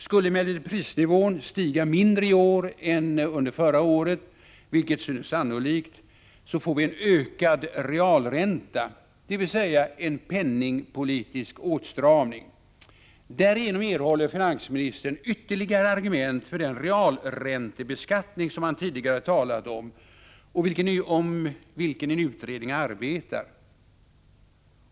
Skulle emellertid prisnivån stiga mindre i år än under förra året, vilket synes sannolikt, får vi en ökad realränta, dvs. en penningpolitisk åtstramning. Därigenom erhåller finansministern ytterligare argument för den realräntebeskattning som han tidigare talat om och om vilken en utredning arbetar.